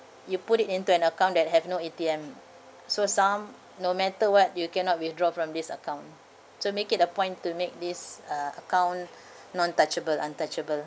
you put it into an account that have no A_T_Ms o some no matter what you cannot withdraw from this account to make it a point to make this uh uh account non touchable untouchable